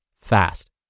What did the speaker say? fast